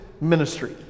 ministry